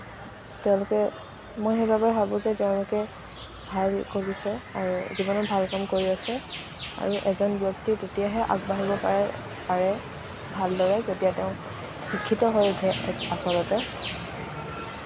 তেওঁলোকে মই সেইবাবে ভাবোঁ যে তেওঁলোকে ভাল কৰিছে আৰু জীৱনত ভাল কাম কৰি আছে আৰু এজন ব্যক্তি তেতিয়াহে আগবাঢ়িব পাৰে পাৰে ভালদৰে যেতিয়া তেওঁ শিক্ষিত হৈ উঠে আচলতে